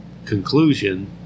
Conclusion